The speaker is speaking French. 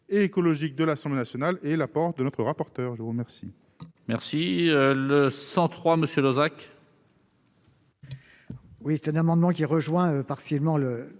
et écologique de l'Assemblée nationale et l'apport de notre rapporteur. L'amendement